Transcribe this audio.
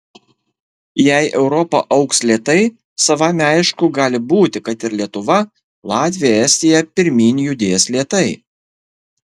jei europa augs lėtai savaime aišku gali būti kad ir lietuva latvija estija pirmyn judės lėtai